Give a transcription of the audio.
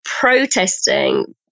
protesting